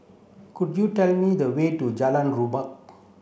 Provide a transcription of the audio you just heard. could you tell me the way to Jalan Rukam